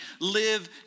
live